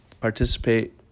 participate